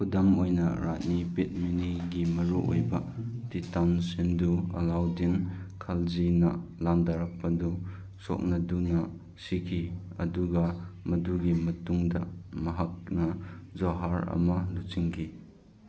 ꯈꯨꯗꯝ ꯑꯣꯏꯅ ꯔꯥꯅꯤ ꯄꯦꯠꯃꯅꯤꯒꯤ ꯃꯔꯨꯑꯣꯏꯅ ꯇꯤꯇꯟꯁꯤꯟꯗꯨ ꯑꯂꯥꯎꯗꯤꯟ ꯈꯥꯜꯖꯤꯅ ꯂꯥꯟꯗꯥꯔꯛꯄꯗꯨ ꯁꯣꯛꯅꯗꯨꯅ ꯁꯤꯈꯤ ꯑꯗꯨꯒ ꯃꯗꯨꯒꯤ ꯃꯇꯨꯡꯗ ꯃꯍꯥꯛꯅ ꯖꯣꯍꯥꯔ ꯑꯃ ꯂꯨꯆꯤꯡꯈꯤ